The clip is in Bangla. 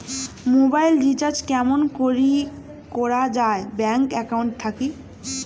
মোবাইল রিচার্জ কেমন করি করা যায় ব্যাংক একাউন্ট থাকি?